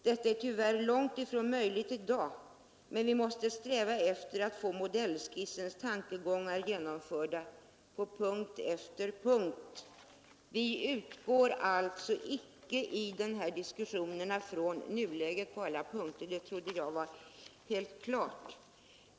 Detta är tyvärr långt ifrån möjligt i dag, men vi måste sträva efter att få modellskissens tankegångar genomförda på punkt efter punkt.” Vi utgår alltså i den här diskussionen icke från nuläget på alla punkter; det trodde jag var helt klart.